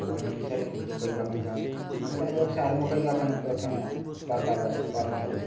ବିଷୟରେ ମୁଁ କିଛି କରିବା ପାଇଁ ଚାହୁଁଛି ନୂତନ ବ୍ୟବସାୟ ଆରମ୍ଭ କରିବା ପାଇଁ ପ୍ରଥମେ ଦରକାର ଅର୍ଥ